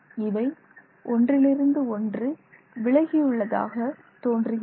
இவை ஒன்றிலிருந்து ஒன்று விலகியுள்ளதாக தோன்றுகிறது